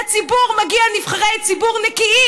לציבור מגיע נבחרי ציבור נקיים.